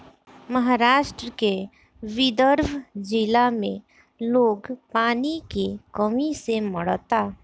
महाराष्ट्र के विदर्भ जिला में लोग पानी के कमी से मरता